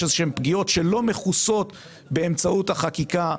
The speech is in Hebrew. איזה שהן פגיעות שלא מכוסות באמצעות החקיקה.